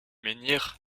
menhir